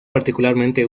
particularmente